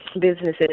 businesses